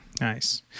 Nice